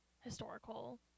historical